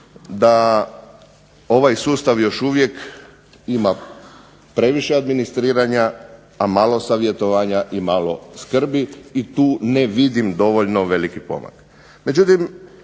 da ovaj sustav još uvijek ima previše administriranja a malo savjetovanja i male skrbi i tu ne vidim veliki pomak.